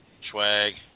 swag